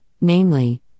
namely